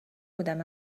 بودم